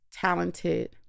talented